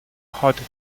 harder